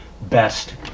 best